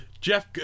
Jeff